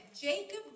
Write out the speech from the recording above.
Jacob